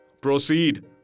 Proceed